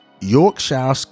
Yorkshire